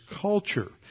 culture